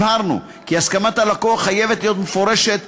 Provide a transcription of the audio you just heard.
הבהרנו כי הסכמת הלקוח חייבת להיות מפורשת,